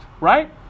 right